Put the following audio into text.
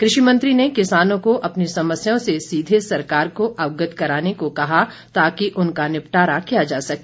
कृषि मंत्री ने किसानों को अपनी समस्याओं से सीधे सरकार को अवगत कराने को कहा ताकि उनका निपटारा किया जा सके